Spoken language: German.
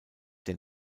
der